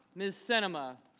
mrs. cinema